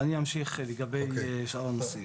אני אמשיך לגבי שאר הנושאים.